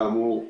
כאמור,